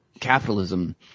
capitalism